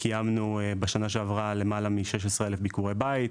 בשנה שעברה קיימנו יותר מ-16 אלף ביקורי בית,